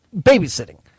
babysitting